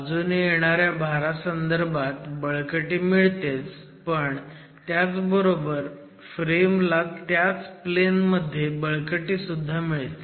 बाजूने येणाऱ्या भारासंदर्भात बळकटी मिळतेच पण त्याचबरोबर फ्रेम ला त्याच प्लेन मध्ये बळकटी पण मिळते